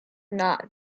not